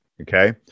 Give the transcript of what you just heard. Okay